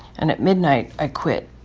and at midnight, i quit.